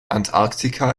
antarktika